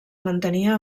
mantenia